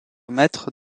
maître